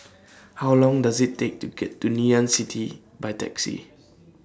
How Long Does IT Take to get to Ngee Ann City By Taxi